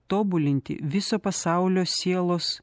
tobulinti viso pasaulio sielos